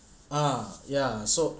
ah ya so